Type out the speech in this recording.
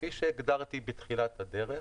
כפי שהגדרתי בתחילת הדרך,